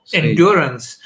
endurance